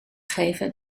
geven